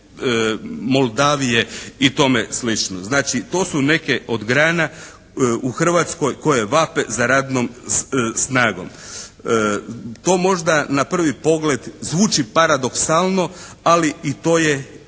Moldavije i tome slično. Znači to su neke od grana u Hrvatskoj koje vape za radnom snagom. To možda na prvi pogled zvuči paradoksalno, ali i to je istinito.